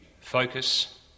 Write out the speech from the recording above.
focus